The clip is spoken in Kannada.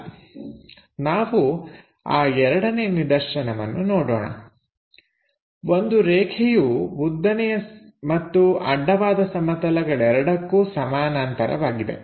12 ನಾವು ಆ ಎರಡನೇ ನಿದರ್ಶನವನ್ನು ನೋಡೋಣ ಒಂದು ರೇಖೆಯು ಉದ್ದನೆಯ ಮತ್ತು ಅಡ್ಡವಾದ ಸಮತಲಗಳ ಎರಡಕ್ಕೂ ಸಮಾನಾಂತರವಾಗಿದೆ